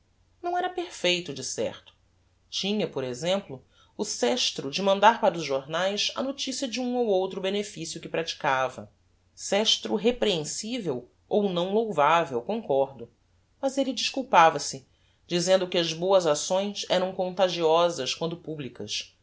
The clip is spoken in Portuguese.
não era perfeito de certo tinha por exemplo o sestro de mandar para os jornaes a noticia de um ou outro beneficio que praticava sestro reprehensivel ou não louvavel concordo mas elle desculpava-se dizendo que as bôas acções eram contagiosas quando publicas